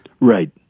Right